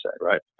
right